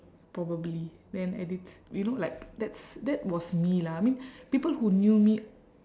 probably then and it's you know like that's that was me lah I mean people who knew me